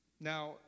Now